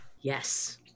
Yes